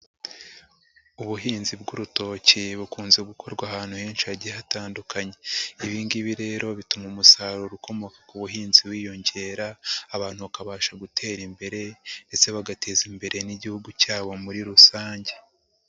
Ubuhinzi bw'urutoki bukunze gukorwa ahantu henshi hagiye hatandukanye. Ibingibi rero bituma umusaruro ukomoka ku buhinzi wiyongera, abantu bakabasha gutera imbere ndetse bagateza imbere n'igihugu cyabo muri rusange.